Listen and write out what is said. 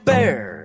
Bear